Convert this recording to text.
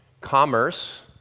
commerce